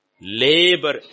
labor